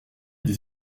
des